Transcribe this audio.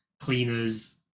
cleaners